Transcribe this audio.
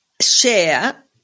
share